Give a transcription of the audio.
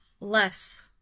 less